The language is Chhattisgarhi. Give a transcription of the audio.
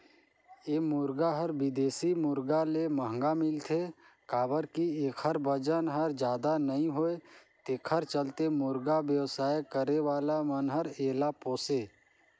ए मुरगा हर बिदेशी मुरगा ले महंगा मिलथे काबर कि एखर बजन हर जादा नई होये तेखर चलते मुरगा बेवसाय करे वाला मन हर एला पोसे